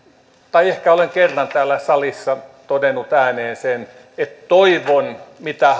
tai ehkä olen kerran täällä salissa todennut ääneen että toivon